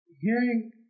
hearing